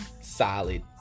solid